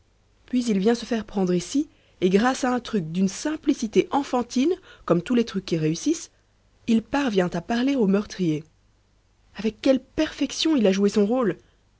puis il vient se faire prendre ici et grâce à un truc d'une simplicité enfantine comme tous les trucs qui réussissent il parvient à parler au meurtrier avec quelle perfection il a joué son rôle